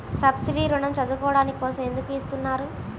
Subsidy ఋణం చదువుకోవడం కోసం ఎందుకు ఇస్తున్నారు?